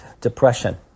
Depression